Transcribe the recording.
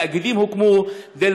התאגידים הוקמו כדי